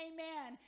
Amen